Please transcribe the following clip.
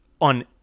on